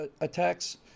attacks